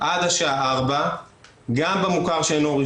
לצורך העניין החשב של המשרד,